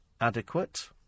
adequate